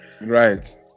right